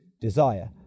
desire